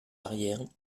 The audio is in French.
arrières